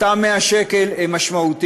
אותם 100 שקל הם משמעותיים,